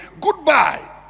Goodbye